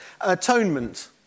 Atonement